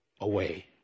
away